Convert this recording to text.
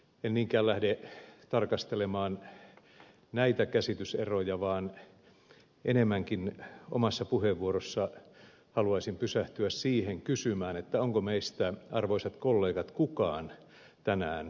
en niinkään lähde tarkastelemaan näitä käsityseroja vaan enemmänkin omassa puheenvuorossani haluaisin pysähtyä kysymään onko meistä arvoisat kollegat kukaan tänään oikeassa